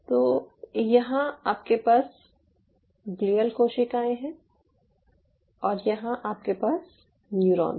तो यहां आपके पास ग्लियल कोशिकाएं हैं और यहां आपके पास न्यूरॉन्स हैं